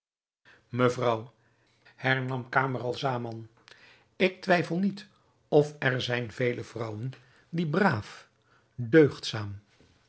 mevrouw hernam camaralzaman ik twijfel niet of er zijn vele vrouwen die braaf deugdzaam